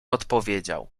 odpowiedział